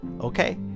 Okay